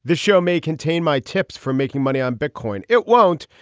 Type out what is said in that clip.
the show may contain my tips for making money on bitcoin. it won't.